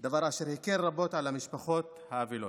דבר אשר הקל רבות על המשפחות האבלות.